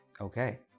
okay